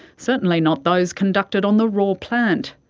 certainly not those conducted on the raw plant.